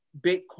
Bitcoin